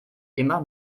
immer